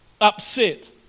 upset